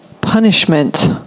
punishment